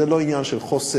זה לא עניין של חוסר